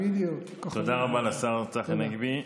בדיוק, כוכבים זה, תודה רבה לשר צחי הנגבי.